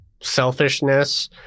selfishness